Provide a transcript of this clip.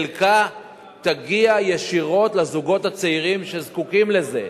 חלקה תגיע ישירות לזוגות הצעירים שזקוקים לזה,